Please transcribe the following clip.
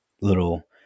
little